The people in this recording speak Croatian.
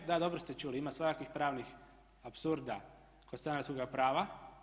Da dobro ste čuli, ima svakakvih pravnih apsurda kod stanarskoga prava.